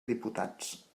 diputats